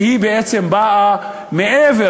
שהיא בעצם באה מעבר,